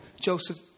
Joseph